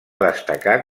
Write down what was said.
destacar